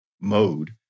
mode